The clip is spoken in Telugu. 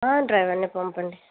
డ్రైవర్ని పంపండి